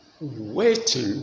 waiting